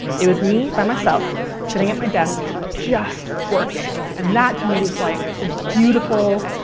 it was me by myself sitting at my desk just working, and that, to me, was like this beautiful,